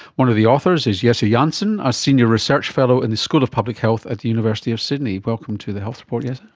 one of the authors is jesse jansen, a senior research fellow in the school of public health at the university of sydney. welcome to the health report yeah